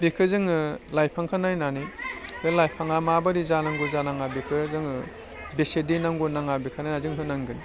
बेखौ जोङो लाइफांखौ नायनानै बे लाइफाङा माबोरै जानांगौ जानाङा बेखौ जोङो बेसे दै नांगौ नाङा बेखौ जों होनांगोन